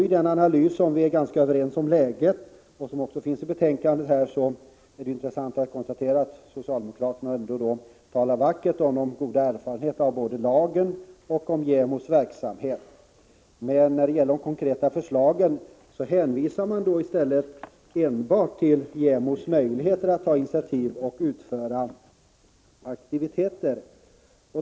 I den analys av läget som vi är ganska överens om, och som också finns redovisad i betänkandet, är det intressant att konstatera att socialdemokraterna ändå talar vackert både om de goda erfarenheterna av lagen och om JämO:s verksamhet. Men när det gäller de konkreta förslagen hänvisar man i stället enbart till JämO:s möjligheter att ta initiativ och genomföra aktiviteter.